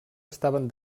estaven